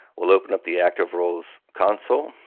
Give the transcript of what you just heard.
we'll open up the active roles console.